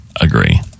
agree